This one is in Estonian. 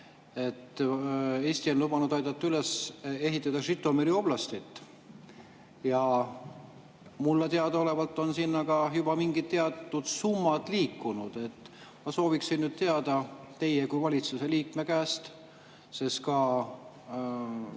et Eesti on lubanud aidata üles ehitada Žõtomõri oblastit. Mulle teadaolevalt on sinna ka juba mingid teatud summad liikunud. Ma sooviksin teada teie kui valitsuse liikme käest, sest ka